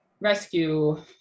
rescue